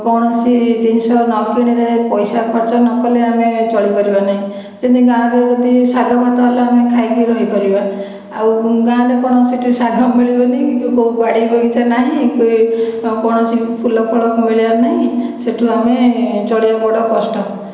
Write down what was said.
କୌଣସି ଜିନିଷ ନକିଣିଲେ ପଇସା ଖର୍ଚ୍ଚ ନକଲେ ଆମେ ଚଳିପାରିବା ନାହିଁ ଯେମିତି ଗାଁରେ ଯଦି ଶାଗ ଭାତ ହେଲା ଆମେ ଖାଇକି ରହିପାରିବା ଆଉ ଗାଁରେ କ'ଣ ସେଠି ଶାଗ ମିଳିବ ନାହିଁ କି କେଉଁ ବାଡ଼ି ବଗିଚା ନାହିଁ କି ଆଉ କୌଣସି ଫୁଲ ଫଳ ମିଳିବାର ନାହିଁ ସେଠୁ ଆମେ ଚଳିବା ବଡ଼ କଷ୍ଟ